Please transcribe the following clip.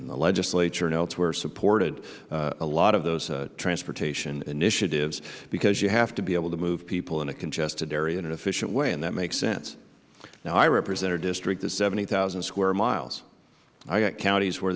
in the legislature and elsewhere supported a lot of those transportation initiatives because you have to be able to move people in a congested area in an efficient way that makes sense now i represent a district that is seventy thousand square miles i have counties where